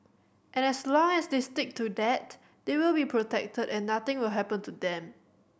and as long as they stick to that they will be protected and nothing will happen to them